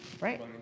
Right